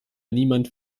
niemand